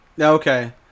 Okay